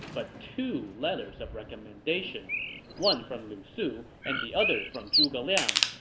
but two letters of recommendation one from lu su and the other from zhuge liang.